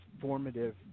formative